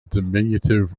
diminutive